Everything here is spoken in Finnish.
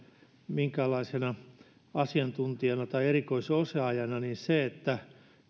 minkäänlaisena asiantuntijana tai erikoisosaajana että